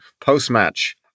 post-match